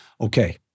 Okay